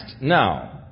now